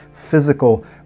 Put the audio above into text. physical